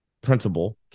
principal